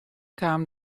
kaam